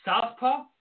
southpaw